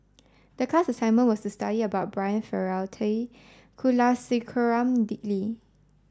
the class assignment was to study about Brian Farrell T Kulasekaram Dick Lee